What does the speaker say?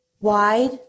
wide